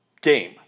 game